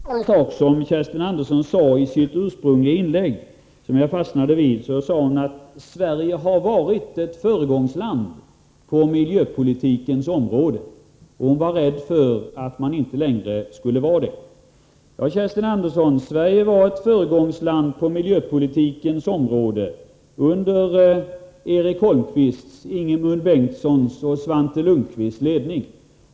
Herr talman! Till Kerstin Andersson vill jag säga att om koncessionsnämndens strängare krav skulle gälla, behövde ni inte anvisa otillräckliga gränser. Koncessionsnämnden gick redan tidigare längre än de uppmjukade gränser som ni försökte föra fram. Det är detta som är poängen ur miljösynpunkt. I sitt första inlägg sade Kerstin Andersson att Sverige varit ett föregångsland på miljöpolitikens område. Hon var rädd för att det inte längre var så. Ja, Kerstin Andersson, Sverige var ett föregångsland på miljöpolitikens område under Eric Holmqvists, Ingemund Bengtssons och Svante Lundkvists ledning.